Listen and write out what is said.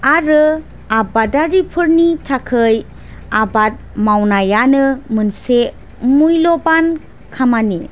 आरो आबादारिफोरनि थाखाय आबाद मावनायानो मोनसे मुइल'बान खामानि